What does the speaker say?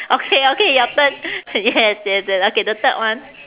okay okay your turn yes yes yes okay the third one